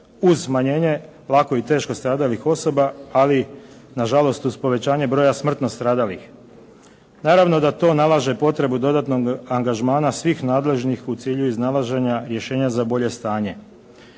uz smanjenje lako i teško stradalih osoba, ali na žalost uz povećanje broja smrtno stradalih. Naravno da to nalaže potrebu dodatnog angažmana svih nadležnih u cilju iznalaženja rješenja za bolje stanje.